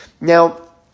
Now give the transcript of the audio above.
Now